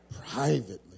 Privately